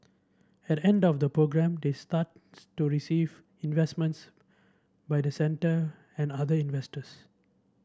at the end of the programme they stands to receive investments by the centre and other investors